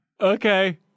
Okay